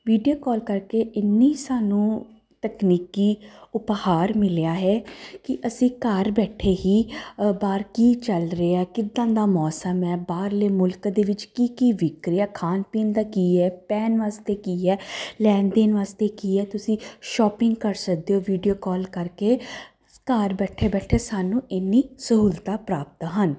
video call ਕਰਕੇ ਇੰਨੀ ਸਾਨੂੰ ਤਕਨੀਕੀ ਉਪਹਾਰ ਮਿਲਿਆ ਹੈ ਕੀ ਅਸੀਂ ਘਰ ਬੈਠੇ ਹੀ ਬਾਹਰ ਕੀ ਚੱਲ ਰਿਹਾ ਕਿੱਦਾਂ ਦਾ ਮੌਸਮ ਹੈ ਬਾਹਰਲੇ ਮੁਲਕ ਦੇ ਵਿੱਚ ਕੀ ਕੀ ਵਿਕਰਿਆ ਖਾਣ ਪੀਣ ਦਾ ਕੀ ਹੈ ਪੈਣ ਵਾਸਤੇ ਕੀ ਹੈ ਲੈਣ ਦੇਣ ਵਾਸਤੇ ਕੀ ਹ ਤੁਸੀਂ ਸ਼ੋਪਿੰਗ ਕਰ ਸਕਦੇ ਹੋ ਵੀਡੀਓ ਕਾਲ ਕਰਕੇ ਘਰ ਬੈਠੇ ਬੈਠੇ ਸਾਨੂੰ ਇਨੀ ਸਹੂਲਤਾਂ ਪ੍ਰਾਪਤ ਹਨ